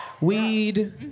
Weed